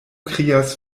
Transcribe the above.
krias